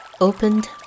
opened